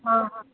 हां हां